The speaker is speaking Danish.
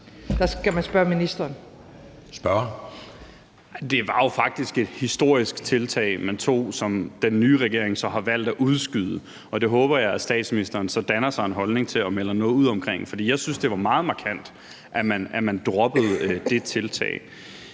Carl Valentin (SF): Det var jo faktisk et historisk tiltag, man tog, som den nye regering så har valgt at udskyde. Det håber jeg statsministeren så danner sig en holdning til og melder noget ud omkring. For jeg synes, det var meget markant, at man droppede det tiltag.